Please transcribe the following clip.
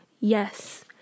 yes